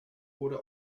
oder